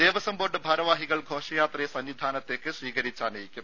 Devaswom board ഭാരവാഹികൾ ഘോഷയാത്രയെ സന്നിധാനത്തേക്ക് സ്വീകരിച്ചാനയിക്കും